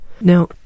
Now